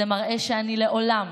זה מראה שאני לעולם,